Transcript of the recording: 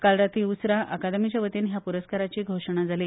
काल राती उसरा अकादमीच्या वतीन ह्या प्रस्काराची घोषणा जाली